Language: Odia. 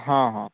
ହଁ ହଁ